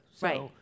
Right